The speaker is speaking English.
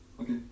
Okay